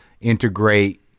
integrate